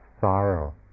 sorrow